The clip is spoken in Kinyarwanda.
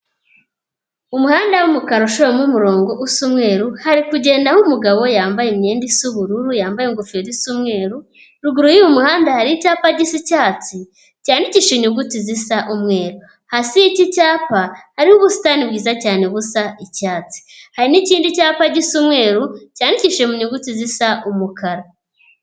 Umuhanda w'umukara ushoyemo umurongo usa umweru, hari kugendamo umugabo yambaye imyenda isa ubururu, yambaye ingofero isa umweru, ruguru y'umuhanda hari icyapa gisa icyatsi cyandikishije inyuguti zisa umweru, hasi y'iki cyapa hari ubusitani bwiza cyane busa icyatsi, hari n'ikindi cyapa gisa umweru cyandikishije mu nyuguti zisa umukara.